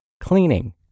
cleaning